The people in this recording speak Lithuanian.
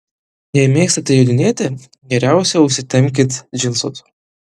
jei mėgstate jodinėti geriausia užsitempkit džinsus